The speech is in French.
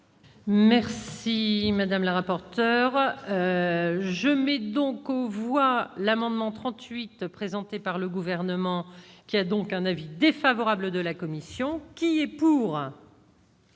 Merci madame la rapporteure je mets donc on voit l'amendement 38 E présenté par le gouvernement qui a donc un avis défavorable de la commune. Sion, qui est pour.